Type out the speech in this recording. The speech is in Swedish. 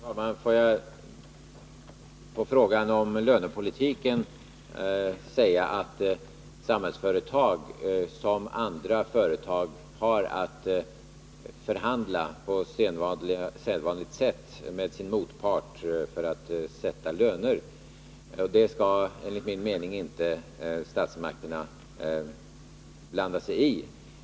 Fru talman! Får jag som svar på frågan om lönepolitiken säga att Samhällsföretag, som andra företag, har att på sedvanligt sätt förhandla med sin motpart för att sätta löner. Det skall enligt min mening inte statsmakterna blanda sig i.